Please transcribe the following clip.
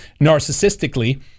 narcissistically